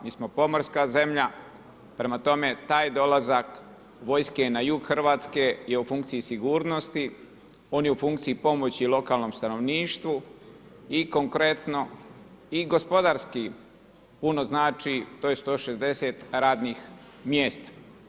Mi smo pomorska zemlja, prema tome, taj dolazak vojske na jug Hrvatske, je u funkciji sigurnosti, on je u funkciji, pomoći lokalnom stanovništvu i konkretno i gospodarski puno znači to je 160 radnih mjesta.